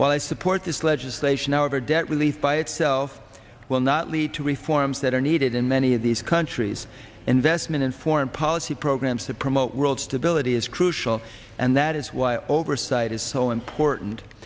while i support this legislation however debt relief by itself will not lead to reforms that are needed in many of these countries investment and foreign policy programmes to promote world stability is crucial and that is why oversight is so important